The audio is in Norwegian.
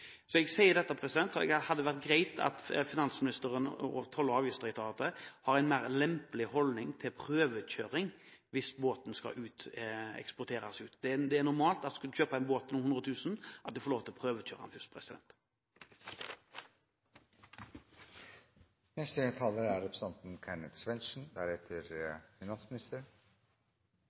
Jeg sier dette fordi det hadde vært greit om finansministeren og Toll- og avgiftsdirektoratet har en mer lempelig holdning til prøvekjøring hvis båten skal eksporteres. Det er normalt at når du skal kjøpe en båt til noen hundre tusen kroner, har du lov til å